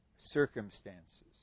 circumstances